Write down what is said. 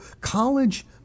college